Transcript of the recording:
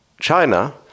China